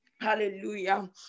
hallelujah